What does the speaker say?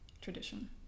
tradition